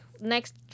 next